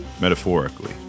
metaphorically